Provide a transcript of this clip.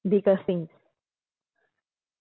bigger things